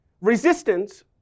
resistance